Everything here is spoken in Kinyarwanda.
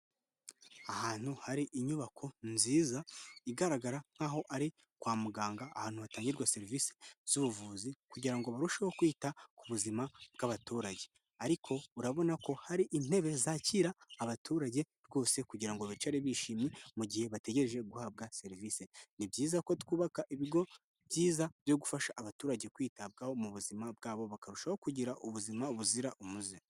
Ahantu hari inyubako nziza igaragara nk'aho ari kwa muganga, ahantu hatangirwa serivisi z'ubuvuzi kugira ngo barusheho kwita ku buzima bw'abaturage. Ariko urabona ko hari intebe zakira abaturage rwose kugira ngo bicare bishimye mu gihe bategereje guhabwa serivise. Ni byiza ko twubaka ibigo byiza byo gufasha abaturage kwitabwaho mu buzima bwabo, bakarushaho kugira ubuzima buzira umuze.